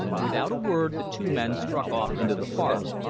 without a word the two men struck off into the forest,